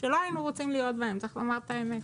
שלא היינו רוצים להיות בהם, צריך לומר את האמת.